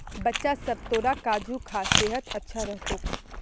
बच्चा सब, तोरा काजू खा सेहत अच्छा रह तोक